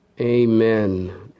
Amen